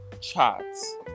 charts